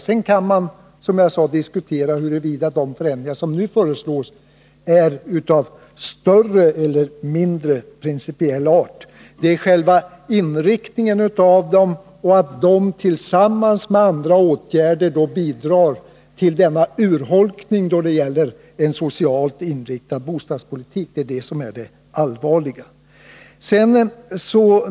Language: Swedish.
Sedan kan man, som jag sade, diskutera huruvida de förändringar som nu föreslås är av större eller mindre principiell vikt. Det är själva inriktningen av förändringarna och det faktum att de tillsammans med andra åtgärder bidrar till en urholkning av en socialt inriktad bostadspolitik som är det allvarliga.